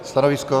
Stanovisko?